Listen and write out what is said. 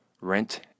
rent